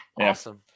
Awesome